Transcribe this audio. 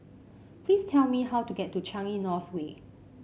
please tell me how to get to Changi North Way